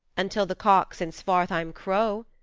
until the cocks in svartheim crow,